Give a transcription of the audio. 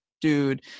dude